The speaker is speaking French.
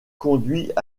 conduit